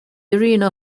arena